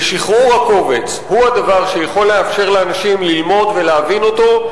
ושחרור הקובץ הוא הדבר שיכול לאפשר לאנשים ללמוד ולהבין אותו,